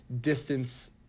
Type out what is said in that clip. distance